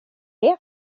det